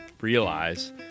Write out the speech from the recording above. realize